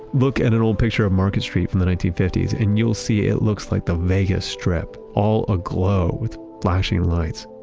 look at an old picture of market street from the nineteen fifty s and you'll see it looks like the vegas strip, all a glow with flashing lights.